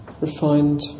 Refined